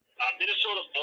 minnesota